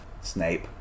Snape